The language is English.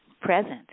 present